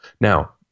Now